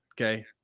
Okay